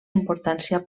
importància